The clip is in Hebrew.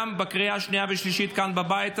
בקריאה השנייה והשלישית כאן בבית הזה.